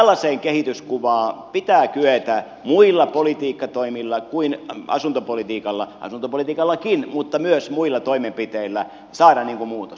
tällaiseen kehityskuvaan pitää kyetä muilla politiikkatoimilla kuin asuntopolitiikalla asuntopolitiikallakin mutta myös muilla toimenpiteillä saamaan muutos